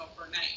overnight